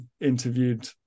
interviewed